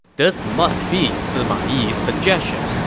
this must be sima yi's suggestion.